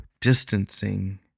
distancing